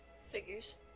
Figures